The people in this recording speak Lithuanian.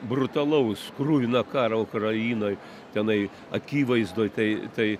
brutalaus kruvina karo ukrainoj tenai akivaizdoj tai tai